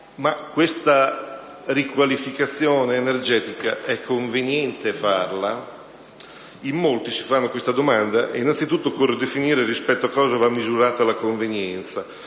fare la riqualificazione energetica? In molti si pongono questa domanda, ed innanzitutto occorre definire rispetto a cosa va misurata la convenienza.